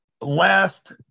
last